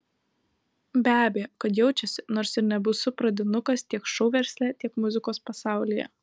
be abejo kad jaučiasi nors ir nebesu pradinukas tiek šou versle tiek muzikos pasaulyje